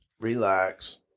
Relax